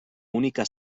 única